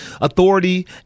authority